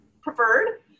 preferred